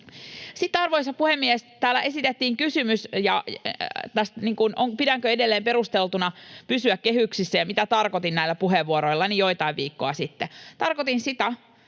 arvoisa puhemies, täällä esitettiin kysymys, pidänkö edelleen perusteltuna pysyä kehyksissä ja mitä tarkoitin näillä puheenvuoroillani joitain viikkoja sitten. Tarkoitin sitä,